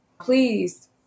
please